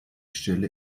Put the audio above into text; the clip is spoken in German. stelle